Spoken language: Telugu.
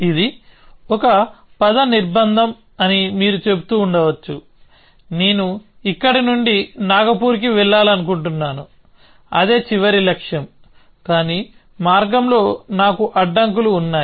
ఇది ఒక పథ నిర్బంధం అని మీరు చెబుతూ ఉండవచ్చు నేను ఇక్కడి నుండి నాగ్పూర్కి వెళ్లాలనుకుంటున్నాను అదే చివరి లక్ష్యం కానీ మార్గంలో నాకు అడ్డంకులు ఉన్నాయి